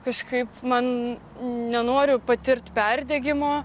kažkaip man nenoriu patirt perdegimo